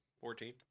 Fourteen